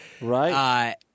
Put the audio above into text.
Right